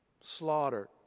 slaughtered